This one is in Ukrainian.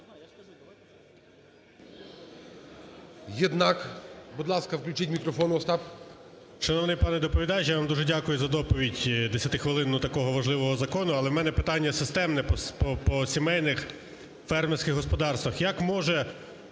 Шановний пане доповідач, я вам дуже дякую за доповідь 10-хвилинну такого важливого закону. Але у мене питання системне по сімейних фермерських господарствах. Як може